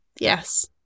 yes